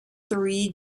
three